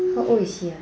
how old is he ah